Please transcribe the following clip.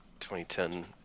2010